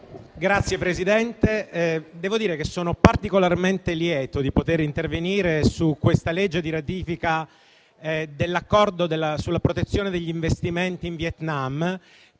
Signor Presidente, devo dire di essere particolarmente lieto di poter intervenire su questo disegno di legge di ratifica dell'Accordo sulla protezione degli investimenti in Vietnam,